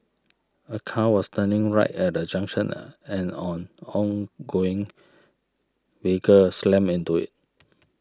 a car was turning right at a junction and on ongoing vehicle slammed into it